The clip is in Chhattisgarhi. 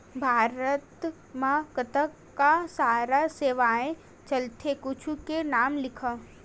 भारत मा कतका सारा सेवाएं चलथे कुछु के नाम लिखव?